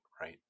right